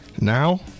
Now